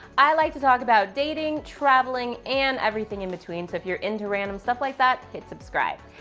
i like to talk about dating, traveling, and everything in between, so if you're into random stuff like that, hit subscribe.